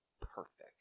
perfect